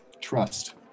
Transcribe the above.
trust